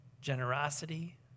generosity